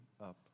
up